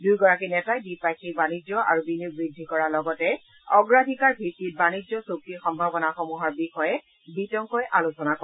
দুয়োগৰাকী নেতাই দ্বি পাক্ষিক বাণিজ্য আৰু বিনিয়োগ বৃদ্ধি কৰাৰ লগতে অগ্ৰাধিকাৰ ভিত্তিত বাণিজ্য চুক্তি সম্ভাৱনাসমূহৰ বিষয়ে বিতংকৈ আলোচনা কৰে